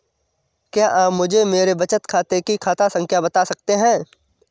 क्या आप मुझे मेरे बचत खाते की खाता संख्या बता सकते हैं?